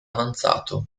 avanzato